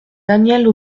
danièle